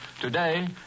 today